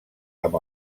amb